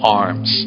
arms